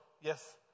Yes